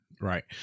right